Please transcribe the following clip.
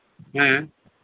ᱦᱮᱸ